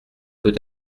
peut